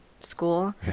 school